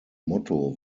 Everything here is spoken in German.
motto